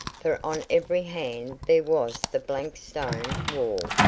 for on every hand there was the blank stone wall,